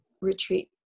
retreat